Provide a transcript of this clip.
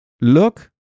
look